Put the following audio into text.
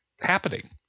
happening